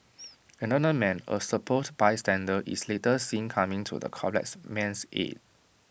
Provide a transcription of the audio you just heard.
another man A supposed bystander is later seen coming to the collapsed man's aid